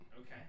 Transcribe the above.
Okay